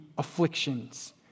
afflictions